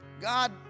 God